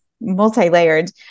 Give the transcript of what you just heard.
multi-layered